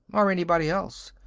or anybody else.